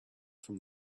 from